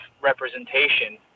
representation